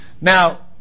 Now